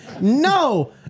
no